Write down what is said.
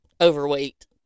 overweight